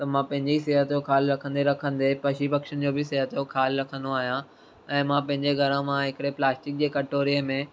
त मां पंहिंजे ई सिहत जो ख़्यालु रखंदे रखंदे पक्षी पक्षियुनि जो बि सिहत जो ख़्यालु रखंदो आहियां ऐं मां पंहिंजे घरो मां हिकिड़े प्लास्टिक जे कटोरीअ में